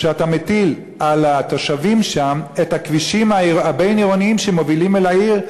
שאתה מטיל על התושבים שם את הכבישים הבין-עירוניים שמובילים אל העיר?